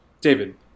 David